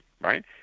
right